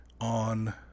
on